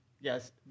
Yes